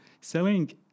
selling